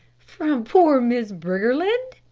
from poor miss briggerland?